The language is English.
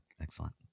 Excellent